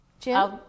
Jim